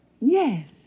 Yes